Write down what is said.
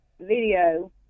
video